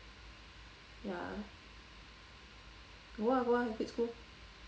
ya go ah go ah quit school